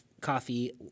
coffee